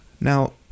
Now